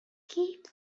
keeps